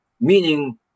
meaning